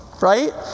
right